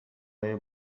ayı